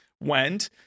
went